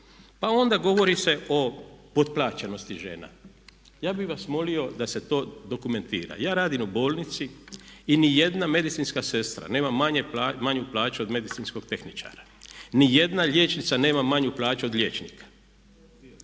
Pa onda govori se o potplaćenosti žena. Ja bih vas molio da se to dokumentira. Ja radim u bolnici i nijedna medicinska sestra nema manju plaću od medicinskog tehničara. Nijedna liječnica nema manju plaću od liječnika.